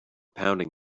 pounding